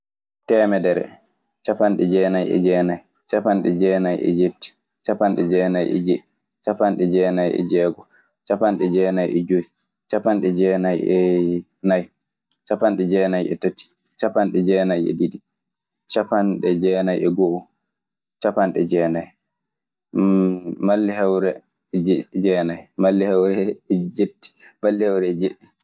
Temedere, ciapanɗe jeenaye e dienaye, ciapanɗe jeenaye e dietti, ciapanɗe jeenaye e diɗɗi, ciapanɗe dienaye e jeegon, ciapanɗe jeenaye e joyi, ciapanɗe jeenaye e naye, ciapanɗe jeenaye e tati, ciapanɗe jeenaye e diɗɗi, ciapanɗe jeenaye e go'o, ciapanɗe jeenaye, malihewere e jeenaye, malihewere e ditti, malihewere e jeɗɗi.